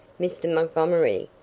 mr. montgomery,